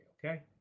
Okay